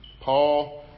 Paul